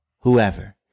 whoever